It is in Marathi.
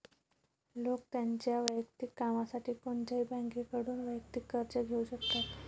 लोक त्यांच्या वैयक्तिक कामासाठी कोणत्याही बँकेकडून वैयक्तिक कर्ज घेऊ शकतात